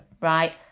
Right